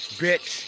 bitch